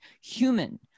human